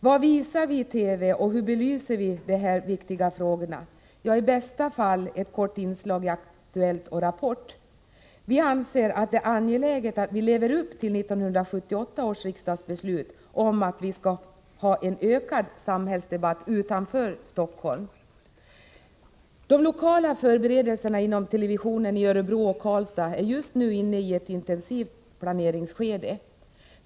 Vad visas i TV och hur belyser man där dessa viktiga frågor? Jo, i bästa fall blir det ett kort inslag i Aktuellt och Rapport. Vi anser att det är angeläget att vi lever upp till 1978 års riksdagsbeslut om att vi skall ha en ökad samhällsdebatt utanför Stockholm. Televisionen i Örebro-Karlstad är just nu inne i ett intensivt planeringsskede.